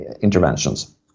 interventions